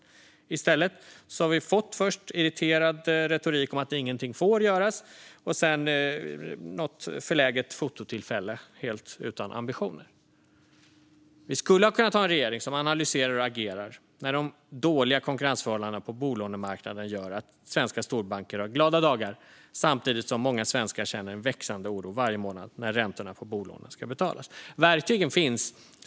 I stället har vi först fått irriterad retorik om att inget får göras, sedan något förläget fototillfälle helt utan ambitioner. Vi skulle ha kunnat ha en regering som analyserar och agerar när de dåliga konkurrensförhållandena på bolånemarknaden gör att svenska storbanker har glada dagar, samtidigt som många svenskar känner en växande oro varje månad när räntorna på bolånen ska betalas. Verktygen finns.